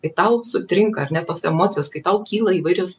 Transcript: kai tau sutrinka ar ne tos emocijas kai tau kyla įvairios